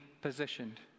positioned